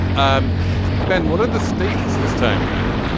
um ben, what are the stakes this time around?